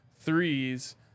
threes